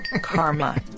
karma